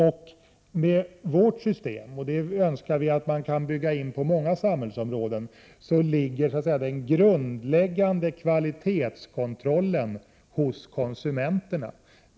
Med vårt liberala system — och vi önskar att man kan bygga in det på många samhällsområden — ligger den grundläggande kvalitetskontrollen hos konsumenterna.